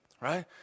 Right